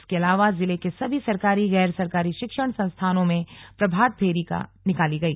इसके अलावा जिले के सभी सरकारी गैर सरकारी शिक्षण संस्थानों में प्रभात फेरी निकाली गई